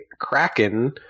kraken